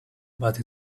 but